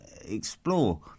explore